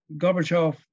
Gorbachev